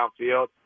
downfield